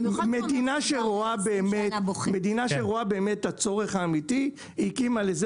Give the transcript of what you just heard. מדינה שרואה באמת את הצורך האמיתי הקימה לזה